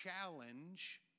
challenge